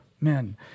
men